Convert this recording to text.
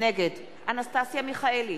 נגד אנסטסיה מיכאלי,